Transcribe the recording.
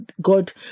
god